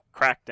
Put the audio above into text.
Crackdown